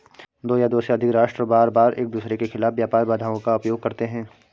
दो या दो से अधिक राष्ट्र बारबार एकदूसरे के खिलाफ व्यापार बाधाओं का उपयोग करते हैं